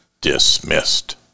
dismissed